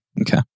Okay